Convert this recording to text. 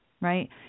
right